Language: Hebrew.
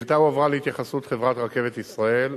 השאילתא הועברה להתייחסות חברת "רכבת ישראל",